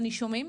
לנישומים?